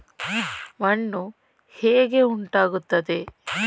ಮಣ್ಣು ಹೇಗೆ ಉಂಟಾಗುತ್ತದೆ?